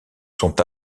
sont